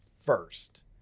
first